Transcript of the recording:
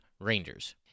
Rangers